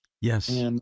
Yes